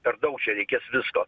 per daug čia reikės visko